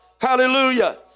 hallelujah